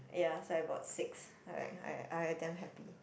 ya I bought six I I I damn happy